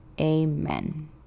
Amen